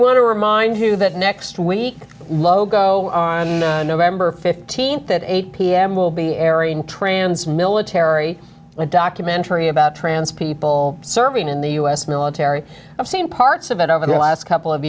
want to remind you that next week logo on november fifteenth at eight pm will be airing trans military a documentary about trans people serving in the u s military i've seen parts of it over the last couple of